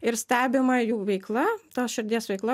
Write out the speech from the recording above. ir stebima jų veikla tos širdies veikla